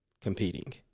competing